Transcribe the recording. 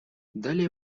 далее